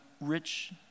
rich